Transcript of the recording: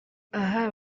aha